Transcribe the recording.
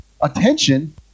attention